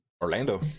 orlando